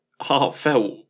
heartfelt